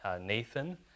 Nathan